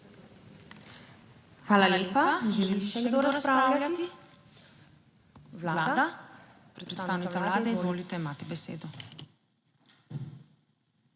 Hvala lepa. Želi še kdo razpravljati? Vlada? Predstavnica Vlade, izvolite, imate besedo.